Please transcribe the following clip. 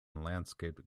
landscaped